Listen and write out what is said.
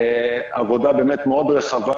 עבודה מאוד רחבה,